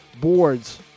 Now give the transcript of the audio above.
boards